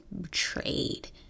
betrayed